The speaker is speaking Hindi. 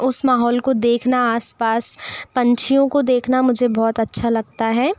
उस माहौल को देखना आसपास पंछियों को देखना मुझे बहुत अच्छा लगता है